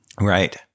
Right